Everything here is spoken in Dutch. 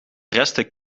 resten